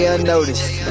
Unnoticed